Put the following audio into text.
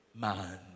man